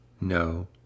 no